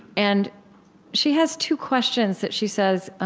and she has two questions that she says